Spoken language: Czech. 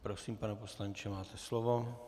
Prosím, pane poslanče, máte slovo.